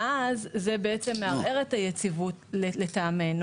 ואז זה בעצם מערער את היציבות לטעמנו,